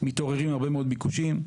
מתעוררים הרבה מאוד ביקושים.